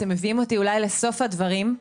אתם מביאים אותי אולי לסוף הדברים.